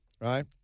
right